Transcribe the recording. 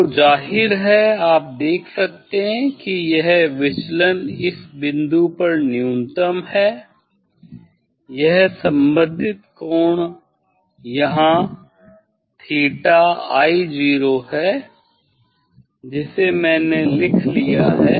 तो जाहिर है आप देख सकते हैं कि यह विचलन इस बिंदु पर न्यूनतम है यह संबंधित कोण यहाँ 'θi0' है जिसे मैंने लिख लिया है